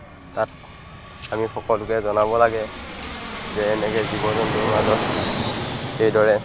তাত আমি সকলোকে জনাব লাগে যে এনেকৈ জীৱ জন্তুৰ মাজত এইদৰে